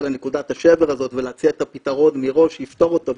לנקודת השבר הזאת ולהציע את הפתרון מראש שיפתור אותה,